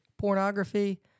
pornography